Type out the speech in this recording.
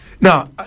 Now